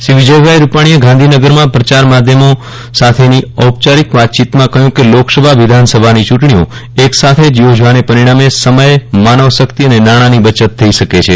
શ્રી વિજયભાઈ રૂપાજીએ ગાંધીનગરમાં પ્રચાર માધ્યમો સાથેની ઔપચારિક વાતચીતમાં કહ્યું કે લોકસભા વિધાનસભાની ચૂંટણીઓ એક સાથે જ યોજાવાને પરિજ્ઞામે સમય માનવશકિત અને નાણાંની બચત થઇ શકે છે